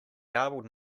garbled